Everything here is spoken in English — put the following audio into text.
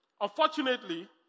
Unfortunately